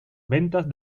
ventas